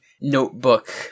notebook